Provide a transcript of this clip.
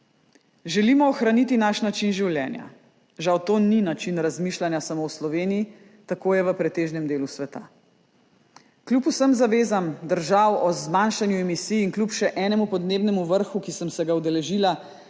Želimo ohraniti naš način življenja. Žal to ni način razmišljanja samo v Sloveniji, tako je v pretežnem delu sveta. Kljub vsem zavezam držav o zmanjšanju emisij in kljub še enemu podnebnemu vrhu, ki sem se ga udeležila,